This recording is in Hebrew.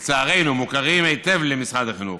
לצערנו, היטב למשרד החינוך.